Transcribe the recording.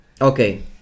Okay